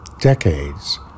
decades